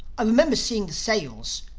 i remember seeing the sails,